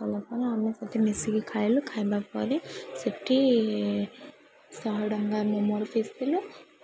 କହିଲା ପରେ ଆମେ ସେଠି ମିଶିକି ଖାଇଲୁ ଖାଇବା ପରେ ସେଠି ଶହେ ଟଙ୍କା ମୋମୋ ଫିସ୍ ଦେଲୁ